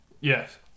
Yes